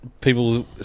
people